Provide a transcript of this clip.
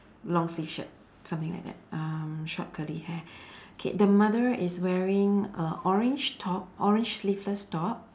long sleeve shirt something like that um short curly hair K the mother is wearing a orange top orange sleeveless top